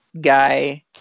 guy